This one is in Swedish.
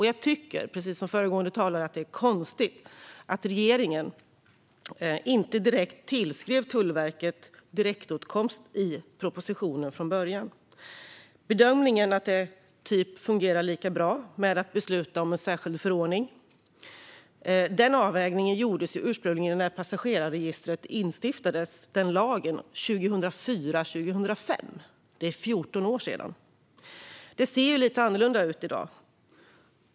Jag tycker, precis som föregående talare, att det är konstigt att regeringen inte tillskrev Tullverket direktåtkomst i propositionen från början. Bedömningen att det fungerar lika bra med att besluta om en särskild förordning gjordes ursprungligen när lagen om passagerarregistret instiftades 2004-2005. Det är 14 år sedan. Det ser lite annorlunda ut i dag.